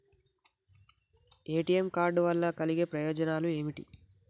ATM card వల్ల కలిగే ప్రయోజనాలు ఏమిటి?